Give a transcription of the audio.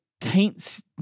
taints